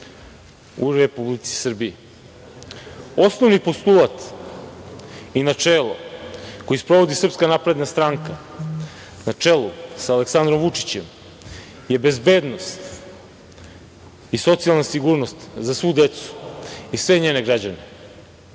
u Republici Srbiji. Osnovni postulat i načelo koji sprovodi SNS, na čelu sa Aleksandrom Vučićem, je bezbednost i socijalna sigurnost za svu decu i sve njene građane. Kakav